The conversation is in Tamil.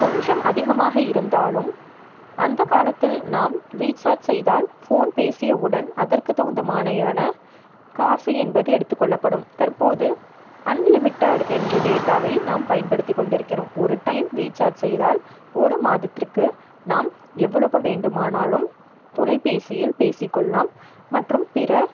கொஞ்சம் அதிகமாக இருந்தாலும் அந்த காலத்தில் நாம் ரீசார்ச் செய்தால் ஃபோன் பேசியவுடன் அதற்கு தகுந்த மானயான காசு என்பது எடுத்துக்கொள்ளப்படும் தற்போது அன்லிமிடெட் என்ற டேட்டாவை நாம் பயன்படுத்திக் கொண்டுருக்கிறோம் ஒரு டைம் ரீசார்ச் செய்தால் ஒரு மாதத்திற்கு நாம் எவ்வளவு வேண்டுமானாலும் தொலைபேசியில் பேசிக்கொள்ளலாம் மற்றும் பிற